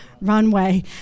runway